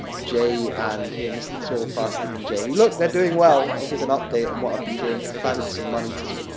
jay and here mr thor, fastik and jay. look, they're doing well. i'll give an update on what i've been doing, because i've added some money to them,